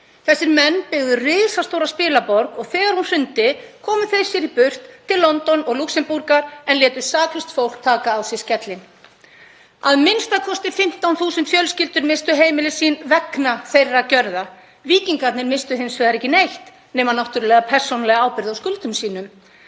Þessir menn byggðu risastóra spilaborg og þegar hún hrundi komu þeir sér í burt til London og Lúxemborgar en létu saklaust fólk taka á sig skellinn. Að minnsta kosti 15.000 fjölskyldur misstu heimili sín vegna þeirra gjörða. Víkingarnir misstu hins vegar ekki neitt nema náttúrlega persónulega ábyrgð á skuldum sínum.